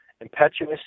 impetuous